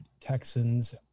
texans